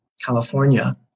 California